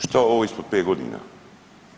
Šta ovo ispod 5 godina?